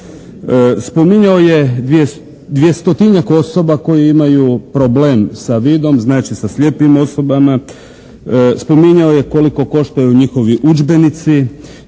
Spominjao je 200-tinjak osoba koje imaju problem sa vidom, znači sa slijepim osobama, spominjao je koliko koštaju njihovi udžbenici